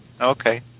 okay